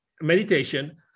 meditation